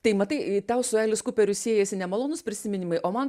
tai matai tau su elis kuperiu siejasi nemalonūs prisiminimai o man